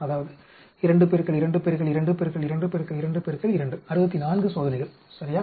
அதாவது 2 2 2 2 2 2 64 சோதனைகள் சரியா